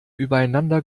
übereinander